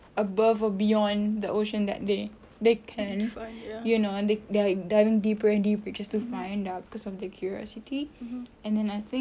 above beyond the ocean that they they can you know they like diving deeper and deep just to find out cause of their curiosity and then I think